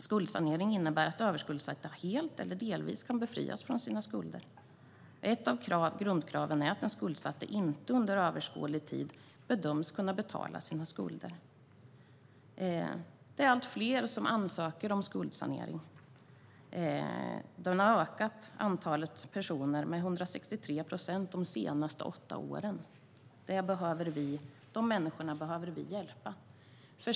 Skuldsanering innebär att överskuldsatta helt eller delvis kan befrias från sina skulder. Ett av grundkraven är att den skuldsatte inte under överskådlig tid bedöms kunna betala sina skulder. Det är allt fler som ansöker om skuldsanering. Antalet personer har ökat med 163 procent de senaste åtta åren. De människorna behöver vi hjälpa.